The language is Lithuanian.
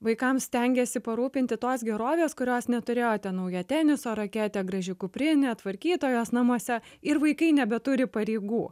vaikams stengiasi parūpinti tos gerovės kurios neturėjote nauja teniso raketė graži kuprinė tvarkytojos namuose ir vaikai nebeturi pareigų